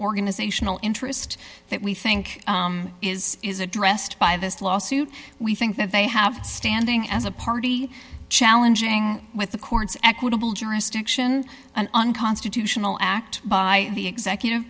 organizational interest that we think is is addressed by this lawsuit we think that they have standing as a party challenging with the courts equitable jurisdiction an unconstitutional act by the executive